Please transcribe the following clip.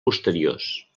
posteriors